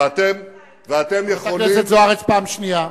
ובממשלה שלך אין בלמים?